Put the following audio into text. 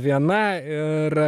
viena ir